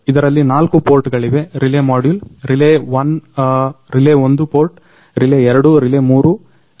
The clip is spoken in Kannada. ಇದರಲ್ಲಿ ನಾಲ್ಕು ಪೊರ್ಟ್ಗಳಿವೆ relay module relay 1 port relay 2 relay 3 relay 4